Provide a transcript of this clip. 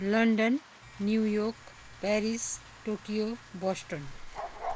London New York Paris Tokyo Boston